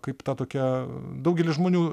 kaip ta tokia daugelis žmonių